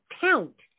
count